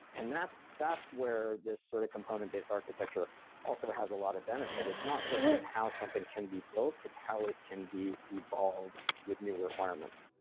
and that's that's where this sort of component based architecture also has a lot of benefit. it's not just in how something can be built, it's how it can be evolved with new requirements.